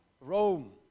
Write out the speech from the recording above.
Rome